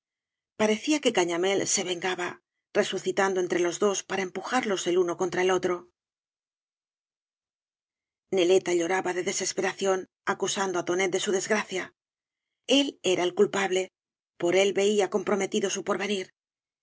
parecía que cañamél se vengaba resucitando entre los dos para empujarlos el uno contra el otro neleta lloraba de desesperación acusando á tonet de su desgracia el era el culpable por él veía comprometido su porvenir